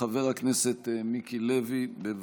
חבר הכנסת מיקי לוי, בבקשה.